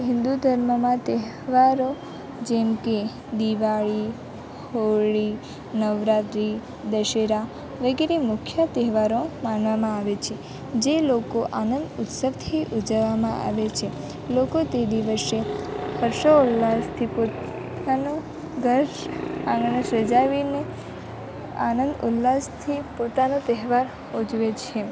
હિન્દુ ધર્મમાં તહેવારો જેમકે દિવાળી હોળી નવરાત્રિ દશેરા વગેરે મુખ્ય તહેવારો માનવામાં આવે છે જે લોકો આનંદ ઉત્સવથી ઉજવવામાં આવે છે લોકો તે દિવસે હર્ષોલ્લાસથી પોતાનું ઘર આંગણું સજાવીને આનંદ ઉલ્લાસથી પોતાનો તહેવાર ઉજવે છે